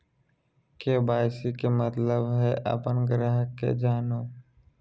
KYC के मतलब हइ अपन ग्राहक के जानो